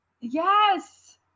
Yes